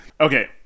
Okay